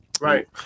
Right